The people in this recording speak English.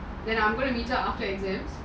then I'm going to meet up after exams